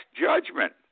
judgment